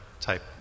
type